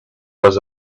was